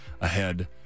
ahead